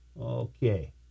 Okay